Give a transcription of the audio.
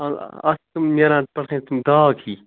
اَہَن حظ اَتھ چھِ تِم نیران کیٛاہتام تِم داغ ہِوِۍ